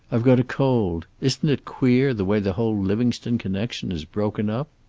i've got a cold. isn't it queer, the way the whole livingstone connection is broken up?